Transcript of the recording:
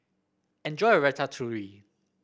enjoy your Ratatouille